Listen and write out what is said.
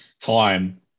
time